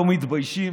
לא מתביישים?